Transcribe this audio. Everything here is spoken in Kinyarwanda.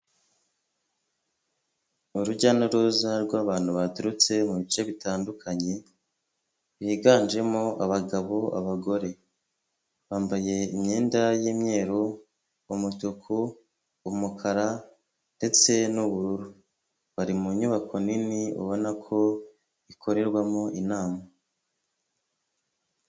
Urujya n'uruza rw'abantu baturutse mu bice bitandukanye biganjemo abagabo abagore bambaye imyenda y'umweruru umutuku, umukara ndetse n'ubururu bari mu nyubako nini ubona ko ikorerwamo inama.